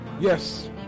Yes